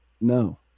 No